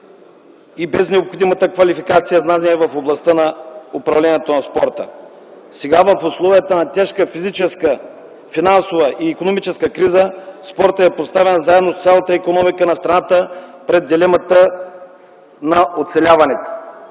и без необходимата квалификация в областта на управлението на спорта?! Сега в условията на тежка физическа, финансова и икономическа криза спортът е поставен заедно с цялата икономика на страната пред дилемата за оцеляването.